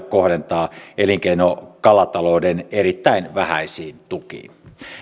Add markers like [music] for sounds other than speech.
[unintelligible] kohdentaa elinkeinokalatalouden erittäin vähäisiin tukiin